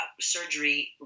surgery